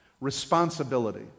responsibility